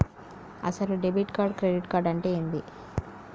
అసలు debit card credit card అంటే ఏంది?